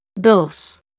Dos